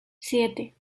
siete